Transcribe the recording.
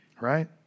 right